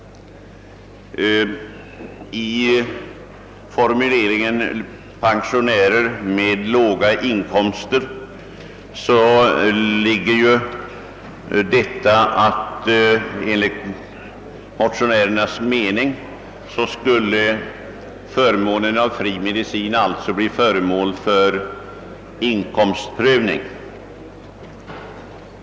I formuleringen »pensionärer med låga inkomster» ligger att förmånen av fri medicin skulle bli föremål för inkomstprövning.